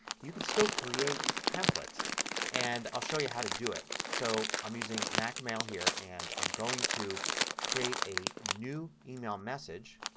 you can still create templates and i'll show you how to do it. so i'm using mac mail here and i'm going to create a new email message